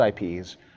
IPs